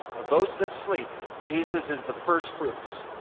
of those that sleep, jesus is the firstfruits.